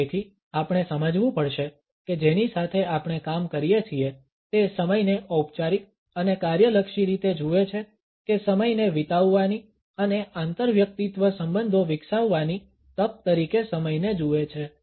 તેથી આપણે સમજવું પડશે કે જેની સાથે આપણે કામ કરીએ છીએ તે સમયને ઔપચારિક અને કાર્યલક્ષી રીતે જુએ છે કે સમયને વિતાવવાની અને આંતરવ્યક્તિત્વ સંબંધો વિકસાવવાની તક તરીકે સમયને જુએ છે